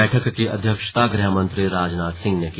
बैठक की अध्यक्षता गृहमंत्री राजनाथ सिंह ने की